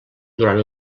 durant